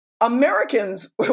Americans